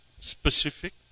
specific